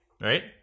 right